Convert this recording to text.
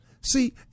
See